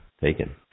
Taken